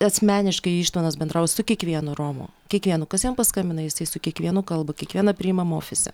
asmeniškai ištvanas bendrauja su kiekvienu romu kiekvienu kas jam paskambina jisai su kiekvienu kalba kiekvieną priimam ofise